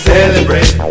Celebrate